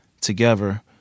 together